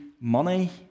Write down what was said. money